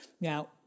Now